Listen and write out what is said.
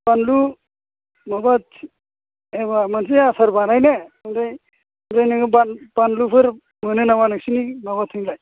बानलु नङाबा जेनेबा मोनसे आसार बानायनो ओमफ्राय ओमफ्राय नोङो बानलुफोर मोनो नामा नोंसोरनि माबाथिंजाय